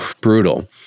brutal